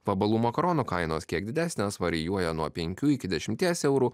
vabalų makaronų kainos kiek didesnės varijuoja nuo penkių iki dešimties eurų